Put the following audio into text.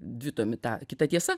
dvitomį tą kita tiesa